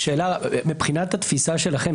מבחינת התפיסה שלכם,